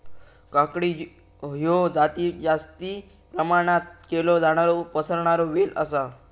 काकडी हयो जास्ती प्रमाणात केलो जाणारो पसरणारो वेल आसा